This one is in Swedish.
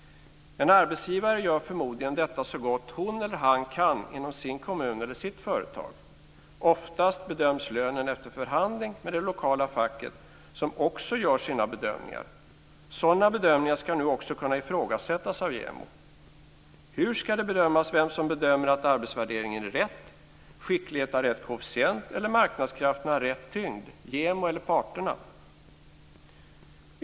En arbetsgivare gör förmodligen detta så gott hon eller han kan inom sin kommun eller sitt företag. Oftast bedöms lönen efter förhandling med det lokala facket, som också gör sina bedömningar. Sådana bedömningar ska nu också kunna ifrågasättas av JämO. Hur ska det bedömas vem som bedömer att arbetsvärderingen är rätt, skicklighet har rätt koefficient eller marknadskrafterna rätt tyngd? JämO eller parterna?